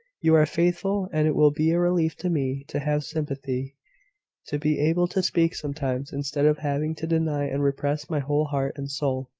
you are faithful and it will be a relief to me to have sympathy to be able to speak sometimes, instead of having to deny and repress my whole heart and soul.